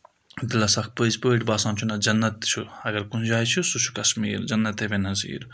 دِلَس اَکھ پٔزۍ پٲٹھۍ باسان چھُ نہ جَنت چھُ اگر کُنہِ جایہِ چھُ سُہ چھُ کَشمیٖر جَنتے بے نٔظیٖر